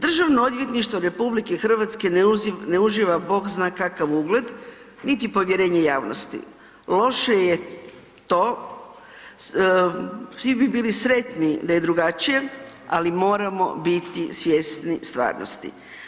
Državno odvjetništvo RH ne uživa bogzna kakav ugled niti povjerenje javnosti, loše je to, svi bi bili sretni da je drugačije, ali moramo biti svjesni stvarnosti.